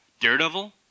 daredevil